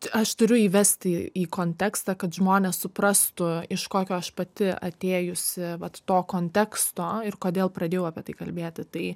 aš turiu įvesti į kontekstą kad žmonės suprastų iš kokio aš pati atėjusi vat to konteksto ir kodėl pradėjau apie tai kalbėti tai